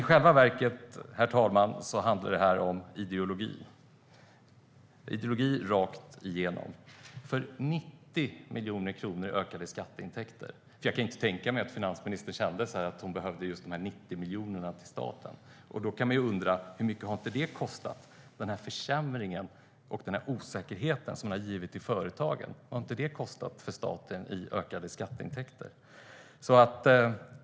I själva verket handlar det om ideologi rakt igenom. Jag kan inte tänka mig att finansministern kände att hon behöver just dessa 90 miljoner till staten. Hur mycket kostar inte försämringen och den osäkerhet företagen känner? Vad kostar inte det staten?